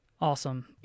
Awesome